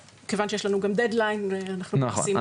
ומכיוון שיש לנו גם דדליין אנחנו מנסים לעשות בדיקה --- נכון,